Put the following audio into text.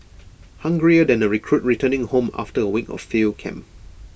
hungrier than A recruit returning home after A week of field camp